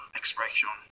expression